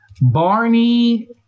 Barney